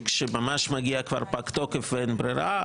כשממש מגיע כבר פג תוקף ואין בררה,